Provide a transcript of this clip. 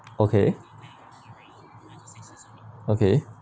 okay okay